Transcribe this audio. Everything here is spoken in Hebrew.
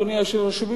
אדוני היושב-ראש,